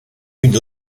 une